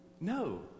No